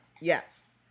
Yes